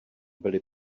byly